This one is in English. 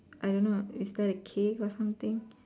I don't know is that a K or something